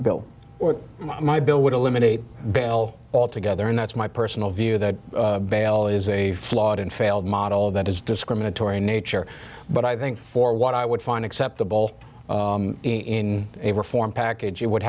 bill or my bill would eliminate bell altogether and that's my personal view that bell is a flawed and failed model that is discriminatory nature but i think for what i would find acceptable in a reform package you would